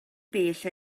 bell